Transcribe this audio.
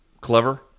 clever